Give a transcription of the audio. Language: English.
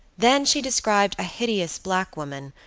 then she described a hideous black woman,